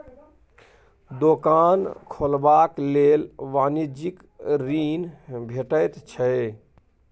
दोकान खोलबाक लेल वाणिज्यिक ऋण भेटैत छै